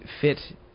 fit